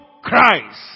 Christ